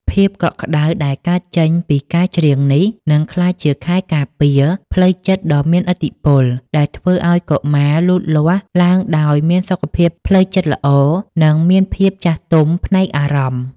ភាពកក់ក្តៅដែលកើតចេញពីការច្រៀងនេះ នឹងក្លាយជាខែលការពារផ្លូវចិត្តដ៏មានឥទ្ធិពល ដែលធ្វើឱ្យកុមារលូតលាស់ឡើងដោយមានសុខភាពផ្លូវចិត្តល្អ និងមានភាពចាស់ទុំផ្នែកអារម្មណ៍។